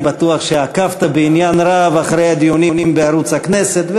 אני בטוח שעקבת בעניין רב אחרי הדיונים בערוץ הכנסת,